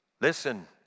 Listen